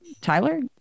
Tyler